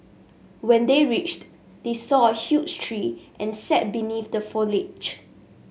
when they reached they saw a huge tree and sat beneath the foliage